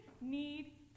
need